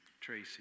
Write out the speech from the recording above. Tracy